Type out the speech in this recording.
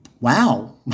Wow